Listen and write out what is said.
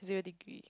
zero degree